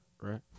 right